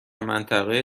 منطقه